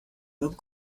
bob